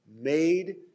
Made